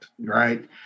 right